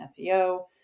seo